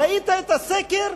ראית את הסקר?